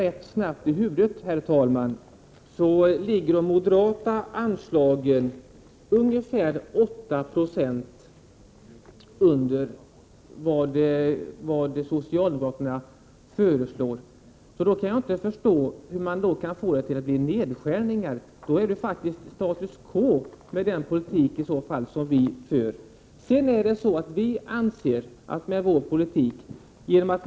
Ett snabbt överslag visar att de moderata förslagen ligger ungefär 8 76 under socialdemokraternas förslag. Jag kan inte förstå hur man kan få det till det blir nedskärningar. Den politik som vi för innebär ju faktiskt med detta sätt att räkna status quo.